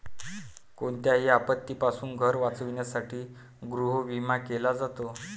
कोणत्याही आपत्तीपासून घर वाचवण्यासाठी गृहविमा केला जातो